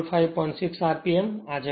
તો આ જવાબ છે